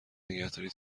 نگهداری